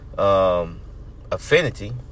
Affinity